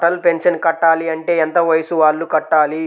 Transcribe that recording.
Atal pension కట్టాలి అంటే ఎంత వయసు వాళ్ళు కట్టాలి?